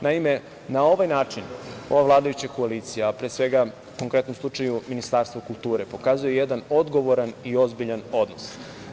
Naime, na ovaj način ova vladajuća koalicija, pre svega u konkretnom slučaju Ministarstvo kulture pokazuje jedan odgovoran i ozbiljan odnos.